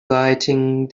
lighting